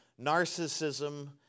narcissism